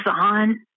on